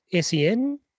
SEN